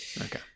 Okay